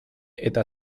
eta